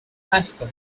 classical